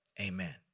Amen